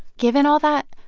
given all that,